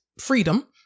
freedom